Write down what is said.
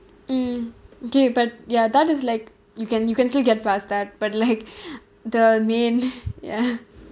mm kay but ya that is like you can you can still get past that but like the main ya